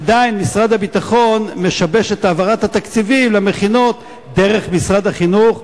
עדיין משרד הביטחון משבש את העברת התקציבים למכינות דרך משרד החינוך,